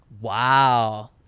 wow